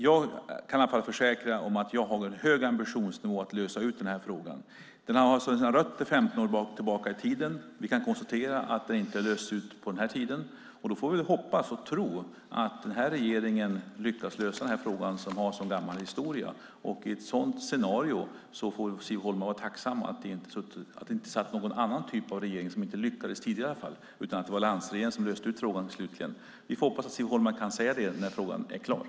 Jag kan försäkra att jag har en hög ambitionsnivå när det gäller att lösa frågan. Den har sina rötter 15 år tillbaka i tiden. Vi kan konstatera att den inte har lösts under den tiden. Vi får hoppas och tro att den här regeringen lyckas lösa frågan. I ett sådant scenario får väl Siv Holma vara tacksam för att det inte sitter en sådan regering som tidigare inte lyckades, utan att det är alliansregeringen som slutligen löser frågan. Vi får hoppas att Siv Holma kan säga det när frågan är löst.